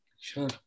Sure